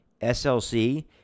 slc